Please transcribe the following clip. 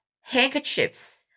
handkerchiefs